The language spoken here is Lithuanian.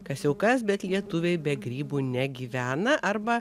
kas jau kas bet lietuviai be grybų negyvena arba